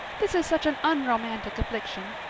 this is such an unromantic affliction.